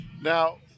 now